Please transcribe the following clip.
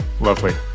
Lovely